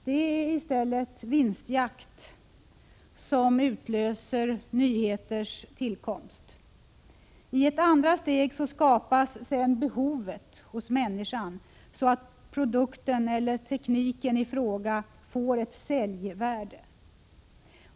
Det är i stället vinstjakt som utlöser nyheters tillkomst. I ett andra steg skapas sedan behovet hos människan, så att produkten eller tekniken ifråga får ett säljvärde.